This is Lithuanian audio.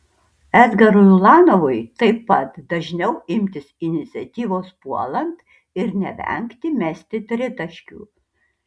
edgarui ulanovui taip pat dažniau imtis iniciatyvos puolant ir nevengti mesti tritaškių